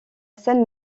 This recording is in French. scène